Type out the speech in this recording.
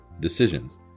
decisions